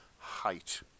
height